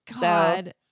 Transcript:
God